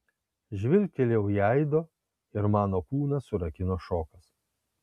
žvilgtelėjau į aido ir mano kūną surakino šokas